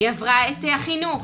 היא עברה את החינוך.